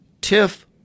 tiff